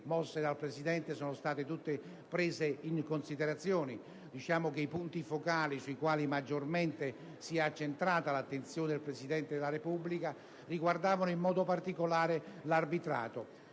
mossi dal Presidente sono stati tutti presi in considerazione. I punti focali sui quali maggiormente si è accentrata l'attenzione del Presidente della Repubblica riguardavano in modo particolare l'arbitrato.